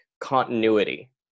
continuity